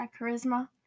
Charisma